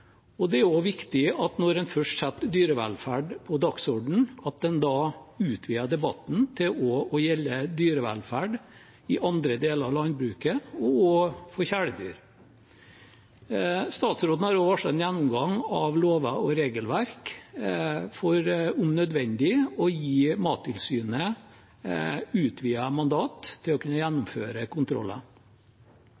Det er også viktig når en først setter dyrevelferd på dagsordenen, at en da utvider debatten til også å gjelde dyrevelferd i andre deler av landbruket, også for kjæledyr. Statsråden har også varslet en gjennomgang av lover og regelverk for om nødvendig å gi Mattilsynet utvidet mandat til å kunne